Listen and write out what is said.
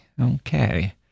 Okay